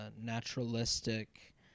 naturalistic